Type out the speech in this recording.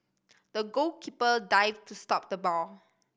the goalkeeper dived to stop the ball